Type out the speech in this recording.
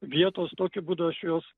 vietos tokiu būdu aš juos